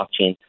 blockchain